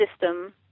system